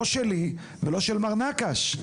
לא שלי ולא של מר נקש.